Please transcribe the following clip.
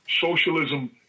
socialism